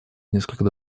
несколько